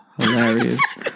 hilarious